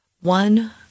One